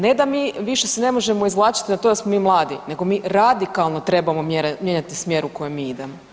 Ne da se mi više se ne možemo izvlačit na to da smo mi mladi nego mi radikalno trebamo mijenjati smjer u kojem mi idemo.